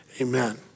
Amen